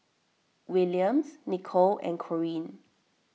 Williams Nicolle and Corine